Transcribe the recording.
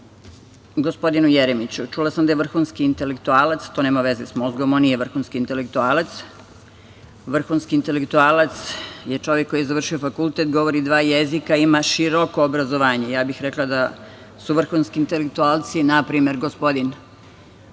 o gospodinu Jeremiću. Čula sam da je vrhunski intelektualac. To nema veze sa mozgom, on nije vrhunski intelektualac. Vrhunski intelektualac je čovek koji je završio fakultet, govori dva jezika, ima široko obrazovanje. Ja bih rekla da su vrhunski intelektualci, na primer, gospodin